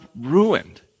ruined